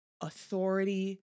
authority